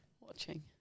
watching